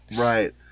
Right